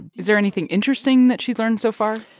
is there anything interesting that she's learned so far?